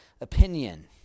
opinion